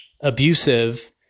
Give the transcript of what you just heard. abusive